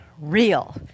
real